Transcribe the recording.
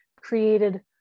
created